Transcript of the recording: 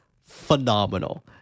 phenomenal